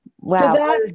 wow